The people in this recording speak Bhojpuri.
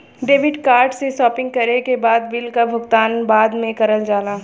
क्रेडिट कार्ड से शॉपिंग करे के बाद बिल क भुगतान बाद में करल जाला